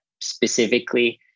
specifically